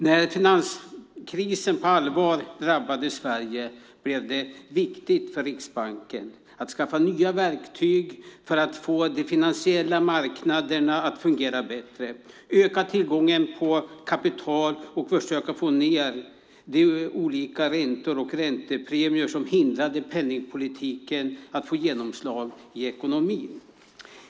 När finanskrisen på allvar drabbade Sverige blev det viktigt för Riksbanken att skaffa nya verktyg för att få de finansiella marknaderna att fungera bättre, öka tillgången på kapital och försöka få ned olika räntor och räntepremier som hindrade penningpolitiken från att få genomslag i ekonomin.